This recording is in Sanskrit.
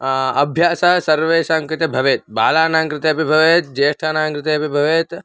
अभ्यासः सर्वेषां कृते भवेत् बालानां कृते अपि भवेत् ज्येष्ठानां कृते अपि भवेत्